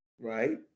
right